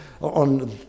on